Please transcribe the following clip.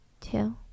two